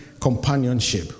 companionship